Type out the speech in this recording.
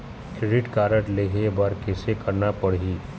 Credit card लेहे बर कैसे करना पड़ही?